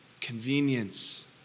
Convenience